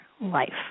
life